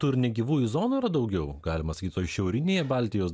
tų ir negyvųjų zonų yra daugiau galima sakyt toj šiaurinėje baltijos